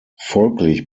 folglich